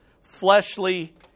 fleshly